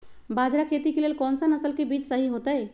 बाजरा खेती के लेल कोन सा नसल के बीज सही होतइ?